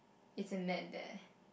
isn't that bad